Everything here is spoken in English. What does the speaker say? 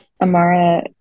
Amara